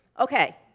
Okay